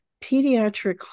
pediatric